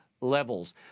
levels